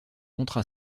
comptera